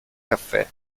caffè